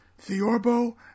Theorbo